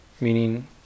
meaning